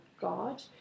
God